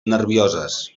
nervioses